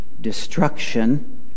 destruction